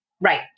right